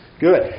Good